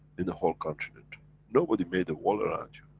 in the whole continent nobody made a wall around you,